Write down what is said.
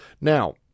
Now